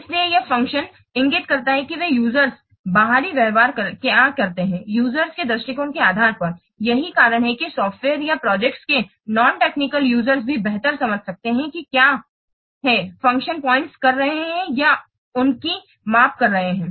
इसलिए यह फ़ंक्शन इंगित करता है कि वे हैं यूजरस बाहरी व्यवहार क्या करते हैं यूजरस के दृष्टिकोण के आधार पर यही कारण है कि सॉफ्टवेयर या प्रोजेक्ट्स के नॉन टेक्निकल यूजरस भी बेहतर समझ सकते हैं कि यह क्या है फंक्शन पॉइंट्स कर रहे हैं या उनकी माप कर रहे हैं